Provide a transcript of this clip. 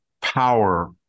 power